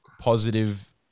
positive